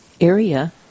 area